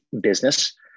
business